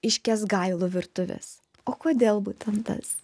iš kęsgailų virtuvės o kodėl būten tas